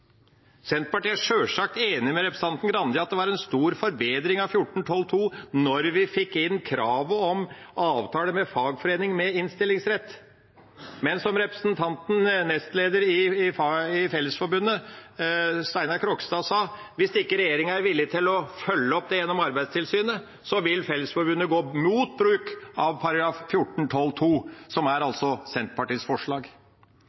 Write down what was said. Senterpartiet er sjølsagt enig med representanten Grande i at det var en stor forbedring av § 14-12 da vi fikk inn kravet om avtale med fagforening med innstillingsrett. Men som nestleder i Fellesforbundet, Steinar Krogstad, sa: Hvis ikke regjeringa er villig til å følge opp dette gjennom Arbeidstilsynet, vil Fellesforbundet gå imot bruk av § 14-12 , som altså er Senterpartiets forslag.